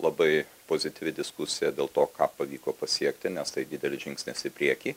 labai pozityvi diskusija dėl to ką pavyko pasiekti nes tai didelis žingsnis į priekį